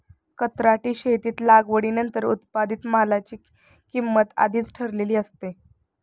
कंत्राटी शेतीत लागवडीनंतर उत्पादित मालाची किंमत आधीच ठरलेली असते